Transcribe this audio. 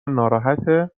ناراحته